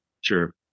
sure